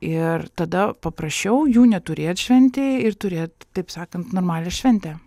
ir tada paprasčiau jų neturėt šventėj ir turėt taip sakant normalią šventę